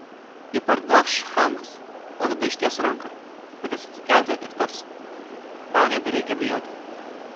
ji parblokš chamus o tada išties ranką padės atsikelti ir tars tau nebereikia bijoti